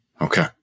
Okay